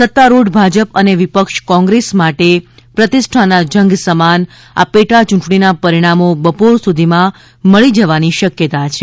સત્તારૂઢ ભાજપ અને વિપક્ષ કોંગ્રેસ માટે પ્રતિષ્ઠાના જંગ સમાન આ પેટા યૂંટણીના પરિણામો બપોર સુધીમાં મળી જવાની શક્યતા છે